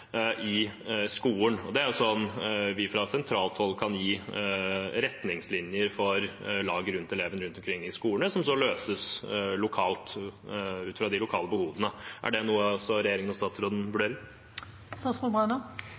i skolen. Det er slikt som vi fra sentralt hold kan gi retningslinjer for – laget rundt eleven i skolen – som så løses lokalt ut fra de lokale behovene. Er det noe også regjeringen og statsråden vurderer?